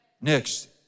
Next